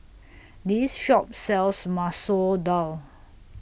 This Shop sells Masoor Dal